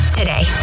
today